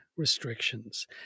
Restrictions